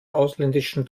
ausländischen